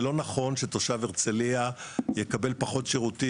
זה לא נכון שתושב הרצליה יקבל פחות שירותים